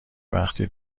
وقتی